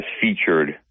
featured